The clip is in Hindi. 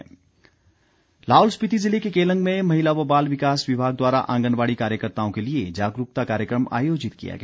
जागरूकता कार्यक्रम लाहौल स्पिति जिले के केलंग में महिला व बाल विकास विभाग द्वारा आंगनबाड़ी कार्यकर्ताओं के लिए जागरूकता कार्यक्रम आयोजित किया गया